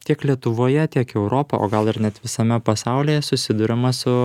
tiek lietuvoje tiek europa o gal ir net visame pasaulyje susiduriama su